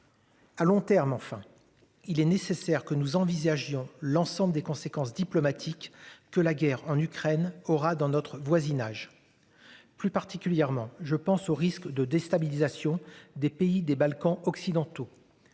À long terme, enfin il est nécessaire que nous envisagions l'ensemble des conséquences diplomatiques que la guerre en Ukraine aura dans notre voisinage. Plus particulièrement, je pense aux risques de déstabilisation des pays des Balkans occidentaux.